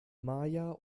maja